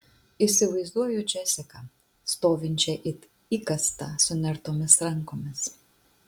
įsivaizduoju džesiką stovinčią it įkastą sunertomis rankomis